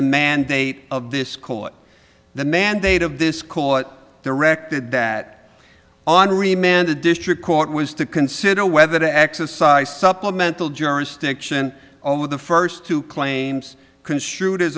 the mandate of this court the mandate of this call it directed that henri man the district court was to consider whether to exercise supplemental jurisdiction over the first two claims construed as